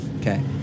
Okay